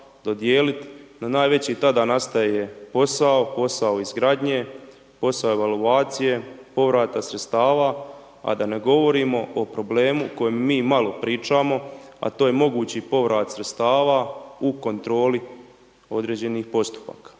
dodijeliti, no najveći tada nastaje posao, posao izgradnje, posao evaluacije, povrata sredstava a da ne govorimo o problemu o kojem mi malo pričamo a to je mogući povrat sredstava u kontroli određenih postupaka.